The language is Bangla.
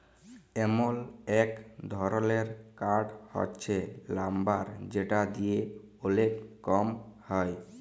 এমল এক ধরলের কাঠ হচ্যে লাম্বার যেটা দিয়ে ওলেক কম হ্যয়